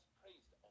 praised